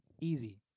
Easy